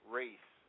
race